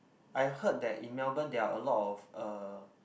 I heard that in Melbourne there are a lot of uh